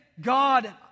God